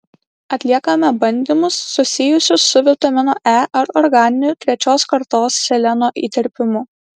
atliekame bandymus susijusius su vitamino e ar organiniu trečiosios kartos seleno įterpimu